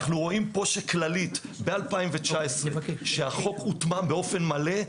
אנחנו רואים פה שכללית ב-2019 כשהחוק הוטמע באופן מלא,